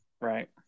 right